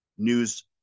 News